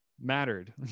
mattered